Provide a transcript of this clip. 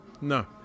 No